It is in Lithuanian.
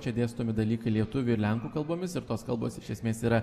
čia dėstomi dalykai lietuvių ir lenkų kalbomis ir tos kalbos iš esmės yra